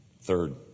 Third